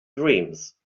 dreams